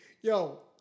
Yo